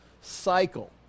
cycle